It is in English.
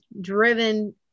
driven